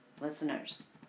Listeners